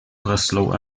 breslau